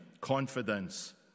confidence